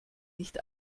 nicht